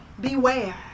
beware